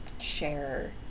share